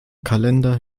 kalender